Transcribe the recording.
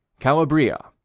calabria,